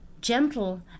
gentle